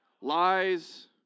Lies